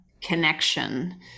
connection